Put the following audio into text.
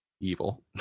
evil